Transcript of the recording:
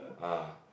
ah